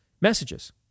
messages